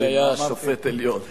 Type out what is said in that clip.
דב לוין היה שופט עליון.